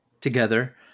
together